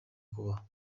kubaho